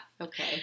Okay